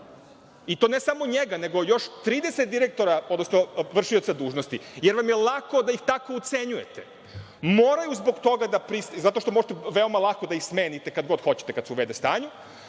i to ne samo njega, nego još 30 direktora, odnosno vršioca dužnosti, jer vam je lako da ih tako ucenjujete. Moraju na to da pristanu, pošto veoma lako možete da ih smenite, kad god hoćete, jer su u v.d. stanju.